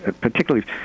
particularly –